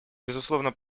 безусловно